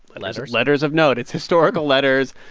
and letters. letters of note. it's historical letters.